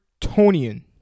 Tonian